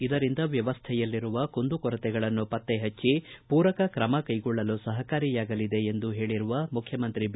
ಇದರಿಂದ ವ್ಲವಸ್ಥೆಯಲ್ಲಿರುವ ಕುಂದುಕೊರತೆಗಳನ್ನು ಪತ್ತೆ ಪಟ್ಟಿ ಪೂರಕ ತ್ರಮ ಕೈಗೊಳ್ಳಲು ಸಹಕಾರಿಯಾಗಲಿದೆ ಎಂದು ಹೇಳರುವ ಮುಖ್ಯಮಂತ್ರಿ ಬಿ